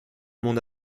mon